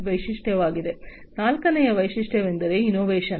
ನಾಲ್ಕನೆಯ ವೈಶಿಷ್ಟ್ಯವೆಂದರೆ ಇನ್ನೋವೇಶನ್